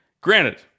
Granted